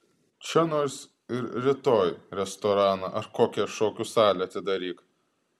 čia nors ir rytoj restoraną ar kokią šokių salę atidaryk